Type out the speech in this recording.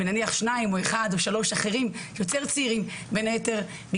ונניח שניים או אחד או שלושה אחרים יותר צעירים בין היתר אולי